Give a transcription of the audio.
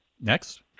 next